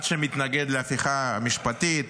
אחד שמתנגד להפיכה המשפטית,